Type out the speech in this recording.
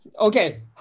Okay